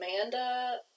Amanda